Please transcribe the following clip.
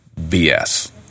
BS